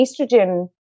estrogen